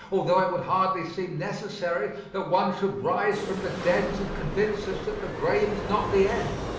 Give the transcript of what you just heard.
altho it would hardly seem necessary that one should rise from the dead to convince us that the grave is not the end.